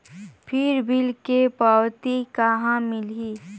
फिर बिल के पावती कहा मिलही?